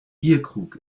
bierkrug